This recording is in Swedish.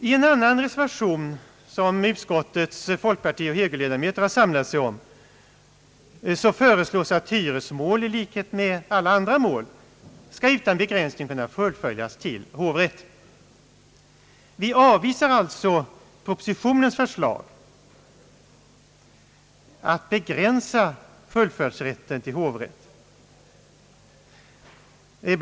I en annan reservation, som utskottets folkpartioch högerledamöter samlat sig om, föreslås att hyresmål i likhet med alla andra mål utan begränsning skall kunna fullföljas till vederbörande hovrätt. Vi avvisar alltså propositionens förslag att begränsa fullföljdsrätt till hovrätten.